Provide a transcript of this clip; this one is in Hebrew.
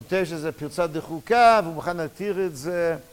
מוטה שזו פרצה דחוקה ובכך נתיר את זה